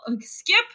skip